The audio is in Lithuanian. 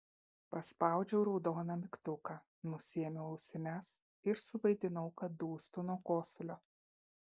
paspaudžiau raudoną mygtuką nusiėmiau ausines ir suvaidinau kad dūstu nuo kosulio